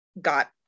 got